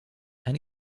and